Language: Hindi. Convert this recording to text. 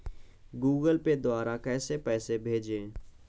गूगल पे द्वारा पैसे कैसे भेजें?